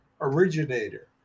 originator